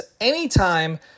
anytime